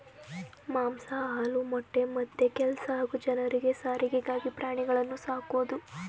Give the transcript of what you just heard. ಮಾಂಸ ಹಾಲು ಮೊಟ್ಟೆ ಮತ್ತೆ ಕೆಲ್ಸ ಹಾಗೂ ಜನರಿಗೆ ಸಾರಿಗೆಗಾಗಿ ಪ್ರಾಣಿಗಳನ್ನು ಸಾಕೋದು